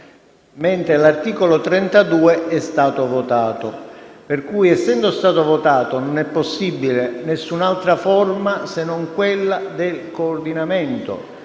mentre l'articolo 32 è stato votato; essendo stato votato, non è possibile nessun'altra forma, se non quella del coordinamento.